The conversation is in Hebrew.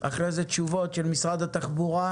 אחרי זה נשמע תשובות של משרד התחבורה,